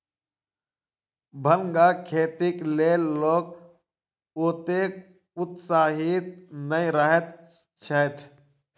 भांगक खेतीक लेल लोक ओतेक उत्साहित नै रहैत छैथ